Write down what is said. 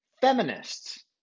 feminists